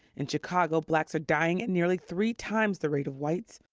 in chicago, blacks are dying at nearly three times the rate of whites.